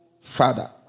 father